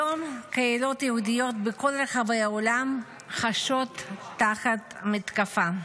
היום קהילות יהודיות בכל רחבי העולם חשות תחת מתקפה.